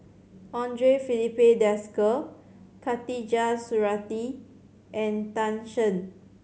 Andre Filipe Desker Khatijah Surattee and Tan Shen